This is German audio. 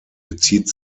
bezieht